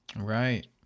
Right